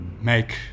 make